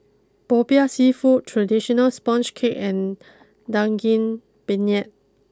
Popiah Seafood traditional Sponge Cake and Daging Penyet